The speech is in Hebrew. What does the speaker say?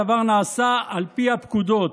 הדבר נעשה על פי הפקודות.